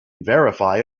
verify